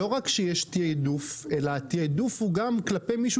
לא רק שיש תיעדוף אלא התיעדוף הוא גם כלפי מישהו